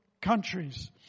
countries